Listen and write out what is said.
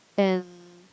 and